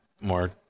more